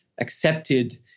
accepted